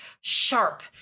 sharp